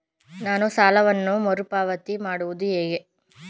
ನಾನು ಸಾಲವನ್ನು ಮರುಪಾವತಿ ಮಾಡುವುದು ಹೇಗೆ?